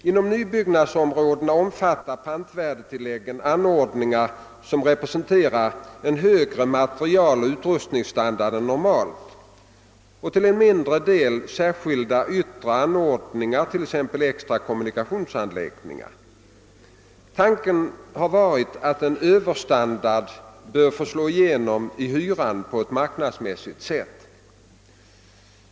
Inom nybyggnadsområden omfattar pantvärdetilläggen anordningar som representerar en högre materialoch utrustningsstandard än normalt och till en mindre del särskilda yttre anordningar, t.ex. extra kommunikationsanläggningar. Tanken har varit att en överstandard bör få slå igenom i hyran på ett marknadsmässigt sätt.